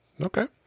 Okay